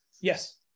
yes